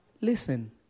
Listen